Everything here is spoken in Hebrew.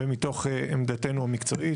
ומתוך עמדתנו המקצועית.